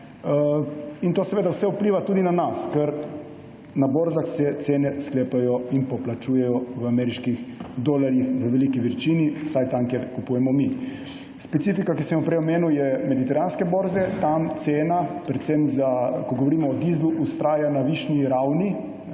In to seveda vse vpliva tudi na nas, ker na borzah se cene sklepajo in plačujejo v veliki večini v ameriških dolarjih, vsaj tam, kjer kupujemo mi. Specifika, ki sem jo prej omenil, so mediteranske borze, kjer cena, ko govorimo o dizlu, vztraja na višji ravni.